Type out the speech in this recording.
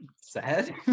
Sad